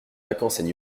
vacances